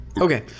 Okay